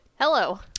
Hello